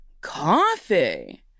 coffee